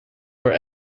were